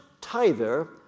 tither